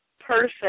person